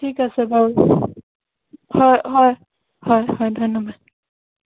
ঠিক আছে বাৰু হয় হয় হয় হয় ধন্যবাদ